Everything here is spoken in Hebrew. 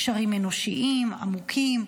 קשרים אנושיים עמוקים,